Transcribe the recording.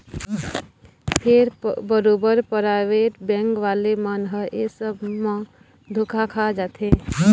फेर बरोबर private bank वाले मन ह ऐ सब म धोखा खा जाथे